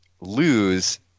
Lose